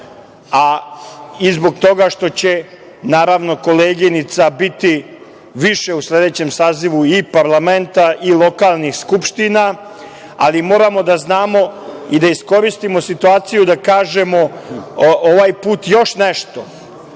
a i zbog toga što će, naravno, koleginica biti više u sledećem sazivu i parlamenta i lokalnih skupština, ali moramo da znamo i da iskoristimo situaciju da kažemo ovaj put još nešto.